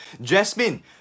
Jasmine